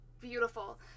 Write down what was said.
beautiful